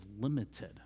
limited